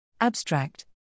Abstract